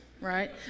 right